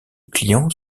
clients